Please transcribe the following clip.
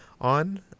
on